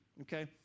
okay